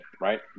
right